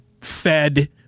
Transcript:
fed